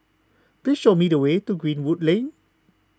please show me the way to Greenwood Lane